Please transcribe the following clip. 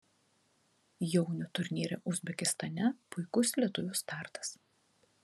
jaunių turnyre uzbekistane puikus lietuvių startas